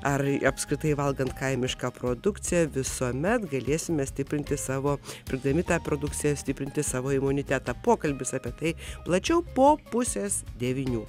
ar apskritai valgant kaimišką produkciją visuomet galėsime stiprinti savo pirkdami tą produkciją stiprinti savo imunitetą pokalbis apie tai plačiau po pusės devynių